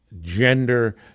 gender